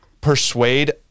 persuade